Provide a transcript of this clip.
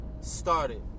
started